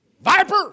Viper